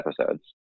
episodes